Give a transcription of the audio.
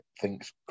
thinks